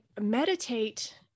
meditate